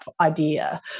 idea